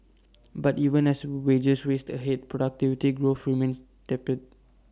but even as wages raced ahead productivity growth remains tepid